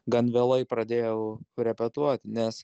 gan vėlai pradėjau repetuot nes